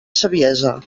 saviesa